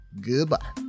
Goodbye